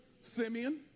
Simeon